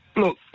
Look